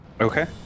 Okay